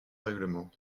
règlement